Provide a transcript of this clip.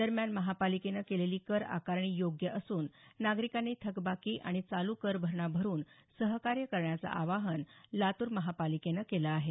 दरम्यान महापालिकेनं केलेली कर आकारणी योग्य असून नागरिकांनी थकबाकी आणि चालू कर भरणा करून सहकार्य करण्याचं आवाहन लातूर महापालिकेनं केलं आहे